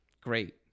Great